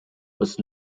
was